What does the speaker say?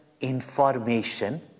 information